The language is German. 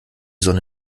sonne